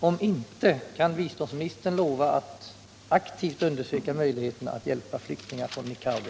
Om inte — kan biståndsministern lova att aktivt undersöka möjligheterna att hjälpa flyktingar från Nicaragua?